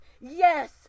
yes